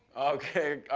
okay,